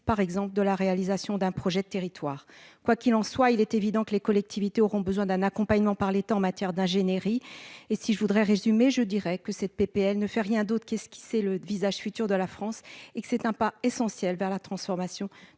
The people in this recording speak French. par exemple, de la réalisation d'un projet de territoire. Quoi qu'il en soit, il est évident que les collectivités auront besoin d'être accompagnées par l'État en matière d'ingénierie. En résumé, cette proposition de loi ne fait rien de moins qu'esquisser le visage futur de la France. Il s'agit d'un pas essentiel vers la transformation